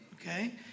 Okay